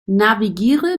navigiere